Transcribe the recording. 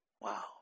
Wow